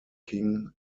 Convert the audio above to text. king